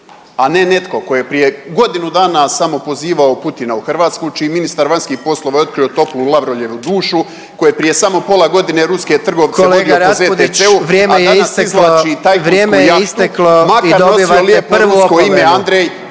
a ne netko tko je prije godinu dana samo pozivao Putina u Hrvatsku čiji je ministar vanjskih poslova otkrio toplu Lavrovljevu dušu koji je prije samo pola godine ruske trgovce vodio po ZTC- … **Jandroković, Gordan (HDZ)** …/Upadica predsjednik: